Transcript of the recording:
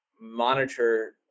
monitor